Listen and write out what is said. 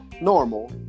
normal